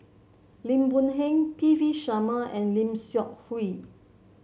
Lim Boon Heng P V Sharma and Lim Seok Hui